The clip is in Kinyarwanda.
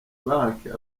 bank